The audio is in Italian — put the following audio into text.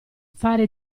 fare